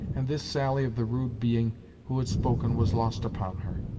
and this sally of the rude being who had spoken was lost upon her.